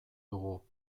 dugu